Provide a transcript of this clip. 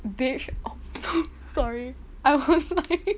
bitch oh no sorry I was like